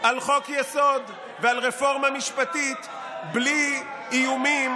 על חוק-יסוד ועל רפורמה משפטית בלי איומים